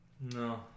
No